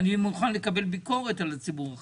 אני רוצה לחלוק עליך, סמוטריץ'.